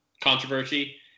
controversy